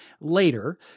later –